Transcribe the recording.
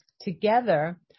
Together